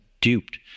duped